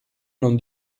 non